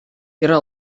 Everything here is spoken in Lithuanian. yra